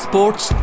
Sports